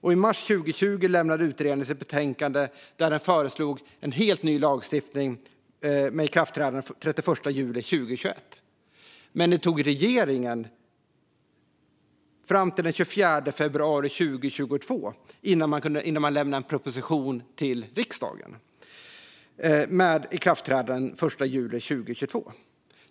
I mars 2020 lämnade utredningen sitt betänkande, där den föreslog en helt ny lagstiftning med ikraftträdande den 31 juli 2021. Men det tog regeringen fram till den 24 februari 2022 innan man lämnade en proposition till riksdagen, med ikraftträdande av lagstiftningen den 1 juli 2022.